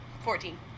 Fourteen